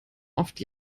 oft